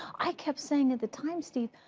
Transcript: i kept saying at the time, steve,